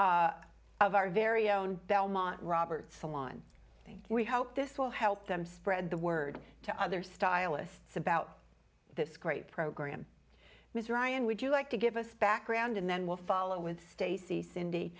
three of our very own belmont robertson line and we hope this will help them spread the word to other stylists about this great program mr ryan would you like to give us background and then we'll follow with stacy cindy